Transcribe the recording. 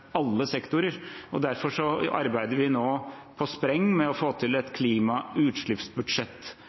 alle sektorer. Derfor arbeider vi nå på spreng med å få til et